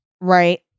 right